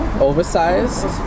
oversized